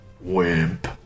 Wimp